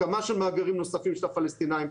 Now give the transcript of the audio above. הקמה של מאגרים נוספים של הפלסטינאים.